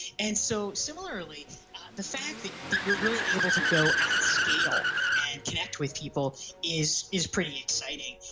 and so similarly the fact that that you're really able to go at scale and connect with people is, is pretty exciting,